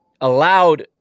allowed